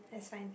that's fine